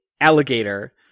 alligator